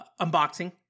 unboxing